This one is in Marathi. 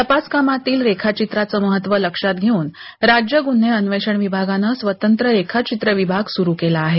तपासकामातील रेखाचित्राचं महत्व लक्षात घेऊनच राज्य गुन्हे अन्वेषण विभागानं स्वतंत्र रेखाचित्र विभाग सुरु केला आहे